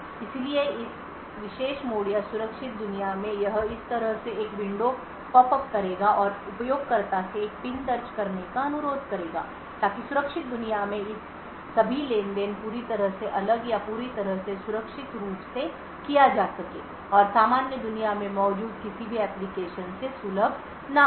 इसलिए इस विशेष मोड या सुरक्षित दुनिया में यह इस तरह से एक विंडो पॉप अप करेगा और उपयोगकर्ता से एक पिन दर्ज करने का अनुरोध करेगा ताकि सुरक्षित दुनिया में इस सभी लेनदेन पूरी तरह से अलग या पूरी तरह से सुरक्षित रूप से किया जा सके और सामान्य दुनिया में मौजूद किसी भी एप्लिकेशन से सुलभ न हो